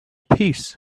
piece